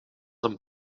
een